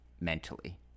mentally